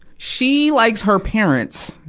she likes her parents.